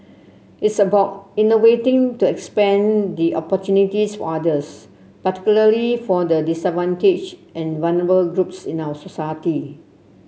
it's about innovating to expand the opportunities for others particularly for the disadvantaged and vulnerable groups in our society